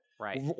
right